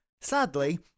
Sadly